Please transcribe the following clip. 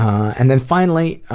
and then finally,